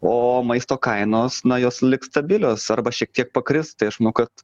o maisto kainos na jos liks stabilios arba šiek tiek pakris tai aš manau kad